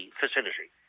facility